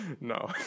No